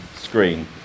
screen